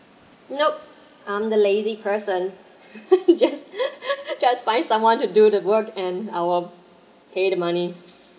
nope I'm the lazy person just just find someone to do the work and I'll pay the money